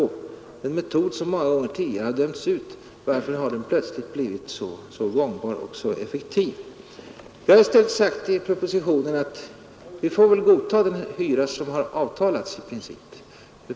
Varför har den metod som många gånger tidigare dömts ut plötsligt blivit så gångbar och effektiv? Vi har i stället sagt i propositionen, att vi får väl i princip godta den hyra som har avtalats.